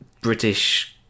British